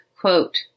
Quote